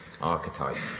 archetypes